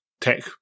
tech